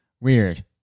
weird